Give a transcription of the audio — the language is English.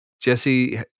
Jesse